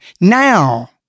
now